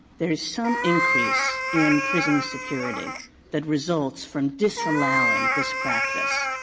there is some increase in prison security that results from disallowing this practice.